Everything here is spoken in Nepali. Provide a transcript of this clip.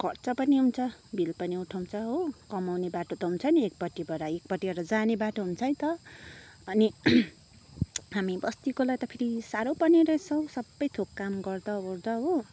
खर्च पनि हुन्छ बिल पनि उठाउँछ हो कमाउने बाटो त हुन्छ नि एकपट्टिबाट एकपट्टिबाट जाने बाटो हुन्छ नि त अनि हामी बस्तीकोलाई त फेरि साह्रो पर्ने रहेछ हौ सबै थोक काम गर्दाओर्दा हो